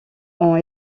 ont